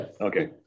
okay